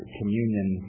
communion